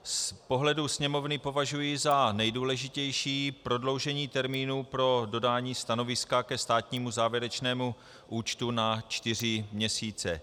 Z pohledu Sněmovny považuji za nejdůležitější prodloužení termínu pro dodání stanoviska ke státnímu závěrečnému účtu na čtyři měsíce.